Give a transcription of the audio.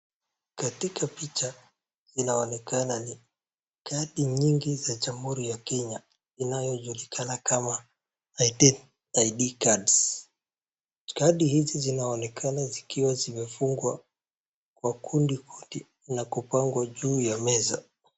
Katika picha inaonekana ni kadi nyingi za jamhuri ya kenya inayojulikana kama ID Cards. kadi hizi zinaonekana zikiwa zimefungwa kwa kundi kundi na kupangwa juu ya meza.